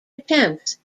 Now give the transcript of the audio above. attempts